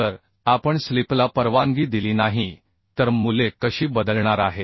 जर आपण स्लिपला परवानगी दिली नाही तर मूल्ये कशी बदलणार आहेत